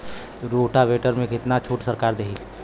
Rotavator में कितना छूट सरकार देही?